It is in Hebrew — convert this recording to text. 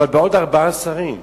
אבל בעוד ארבעה שרים,